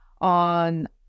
on